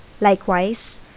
Likewise